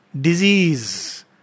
Disease